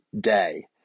day